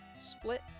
split